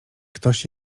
ktoś